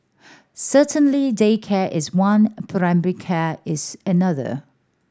certainly daycare is one care is another